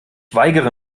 weigere